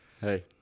Hey